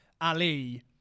Ali